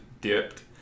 dipped